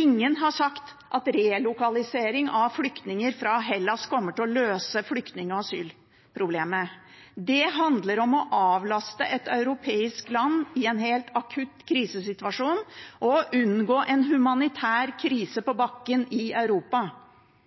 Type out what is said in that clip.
Ingen har sagt at relokalisering av flyktninger fra Hellas kommer til å løse flyktning- og asylproblemet. Det handler om å avlaste et europeisk land i en helt akutt krisesituasjon og unngå en humanitær krise på bakken i Europa.